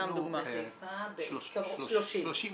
30 בחודש.